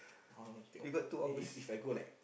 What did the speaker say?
if I go like